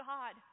God